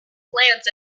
plans